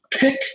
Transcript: Pick